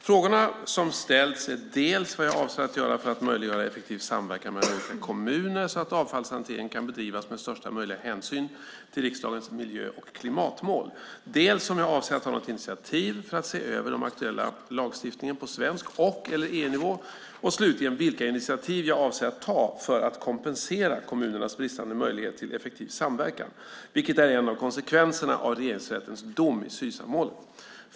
Frågorna som ställs är dels vad jag avser att göra för att möjliggöra effektiv samverkan mellan olika kommuner så att avfallshanteringen kan bedrivas med största möjliga hänsyn till riksdagens miljö och klimatmål, dels om jag avser att ta något initiativ för att se över den aktuella lagstiftningen på svensk och/eller EU-nivå och slutligen vilka initiativ jag avser att ta för att kompensera kommunernas bristande möjlighet till effektiv samverkan, vilket är en av konsekvenserna av Regeringsrättens dom i Sysavmålet.